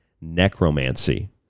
Necromancy